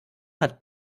hat